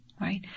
right